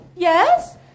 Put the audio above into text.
Yes